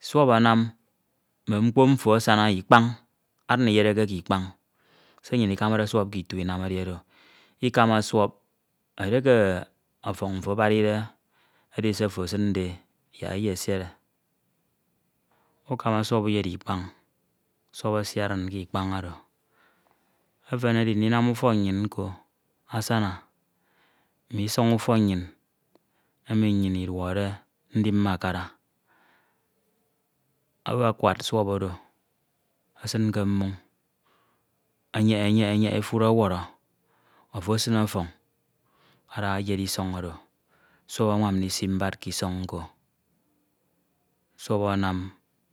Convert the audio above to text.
suọp anam mme mkpo mfo asana ikpañ adin iyeneke kikpañ se nnyin ikamade adin inam ƙitu edi oro. Ikama suọp edi eke ọfọñ mfo abari de edj se ofo esinde yak eyi esiene ukama suọp uyed ikpañ suọp esi adin k'ipañ Oro. Mme isọñ ufọk nnyin emi nnyin emi nnyin iduskde ndim mmakara owu ikwakwad suọp oro esin ke mmoñ enyeñe enyeñe enyeñe efud ọwọrọ afo esin ọfọñ ada eyed isọñ oro suọp anwam ndisi mbad kisọñ nko, suọp anam